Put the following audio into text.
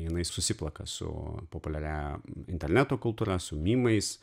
jinai susiplaka su populiariąja interneto kultūra su mimais